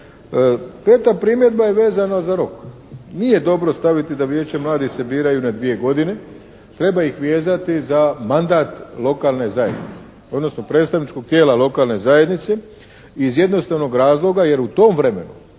Peta primjedba je vezana za rok. Nije dobro staviti da Vijeća mladih se biraju na dvije godine. Treba ih vezati za mandat lokalne zajednice. Odnosno predstavničkog tijela lokalne zajednice iz jednostavnog razloga jer u tom vremenu